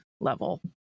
level